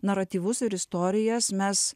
naratyvus ir istorijas mes